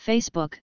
Facebook